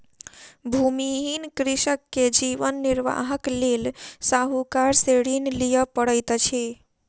भूमिहीन कृषक के जीवन निर्वाहक लेल साहूकार से ऋण लिअ पड़ैत अछि